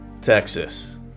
Texas